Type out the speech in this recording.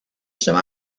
some